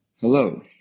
Hello